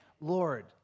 Lord